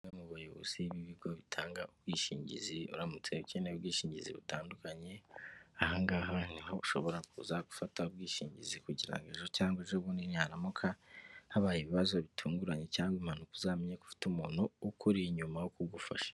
Bamwe mu bayobozi b'ibigo bitanga ubwishingizi uramutse ukeneye ubwishingizi butandukanye, aha ngaha ni ho ushobora kuza gufata ubwishingizi kugira ngo ejo cyangwa ejobundi niharamuka habaye ibibazo bitunguranye cyangwa impanuka, uzamenya ko ufite umuntu ukuri inyuma wo kugufasha.